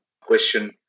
question